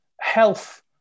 health